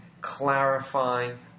clarifying